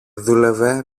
δούλευε